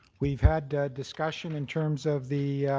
we've had discussion in terms of the